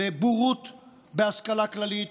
לבורות בהשכלה כללית